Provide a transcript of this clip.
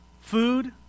food